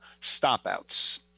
stopouts